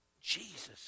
Jesus